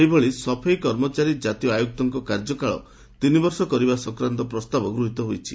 ସେହିଭଳି ସଫେଇ କର୍ମଚାରୀ ଜାତୀୟ ଆୟୁକ୍ତଙ୍କ କାର୍ଯ୍ୟକାଳ ତିନିବର୍ଷ କରିବା ସଂକ୍ରାନ୍ତ ପ୍ରସ୍ତାବ ଗୃହୀତ ହୋଇଛି